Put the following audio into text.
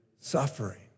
suffering